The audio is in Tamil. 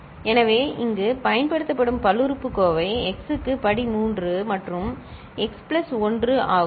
எனவே இங்கு பயன்படுத்தப்படும் பல்லுறுப்புக்கோவை x க்கு படி 3 மற்றும் x பிளஸ் 1 ஆகும் சரி